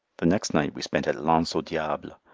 the next night we spent at lance au diable,